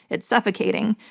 it's suffocating.